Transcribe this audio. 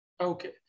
Okay